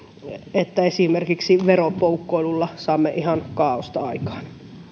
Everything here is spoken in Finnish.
että veropoukkoilulla saamme ihan kaaosta aikaan